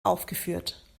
aufgeführt